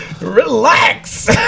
relax